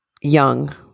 young